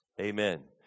Amen